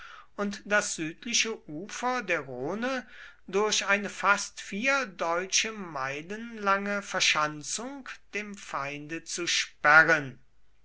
und das südliche ufer der rhone durch eine fast vier deutsche meilen lange verschanzung dem feinde zu sperren